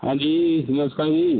ਹਾਂਜੀ ਨਮਸਕਾਰ ਜੀ